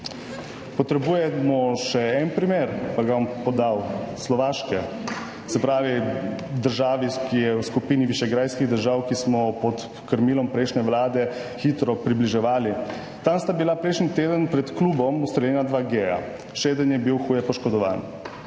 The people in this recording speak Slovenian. Potrebujemo še en primer? Ga bom podal – Slovaška. Se pravi država, ki je v skupini višegrajskih držav, ki smo se ji pod krmilom prejšnje vlade hitro približevali. Tam sta bila prejšnji teden pred klubom ustreljena dva geja, še eden je bil huje poškodovan.